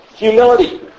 Humility